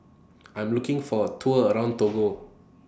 I Am looking For A Tour around Togo